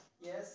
Yes